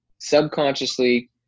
subconsciously